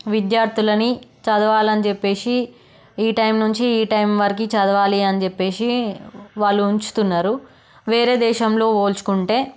విద్యార్థులని చదవాలని చెప్పి ఈ టైం నుంచి ఈ టైం వరకి చదవాలి అని చెప్పి వాళ్ళు ఉంచుతున్నారు వేరే దేశంలో పోల్చుకుంటే